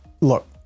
look